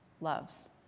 loves